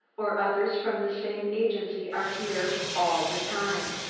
or others from the same agency, are here all the time.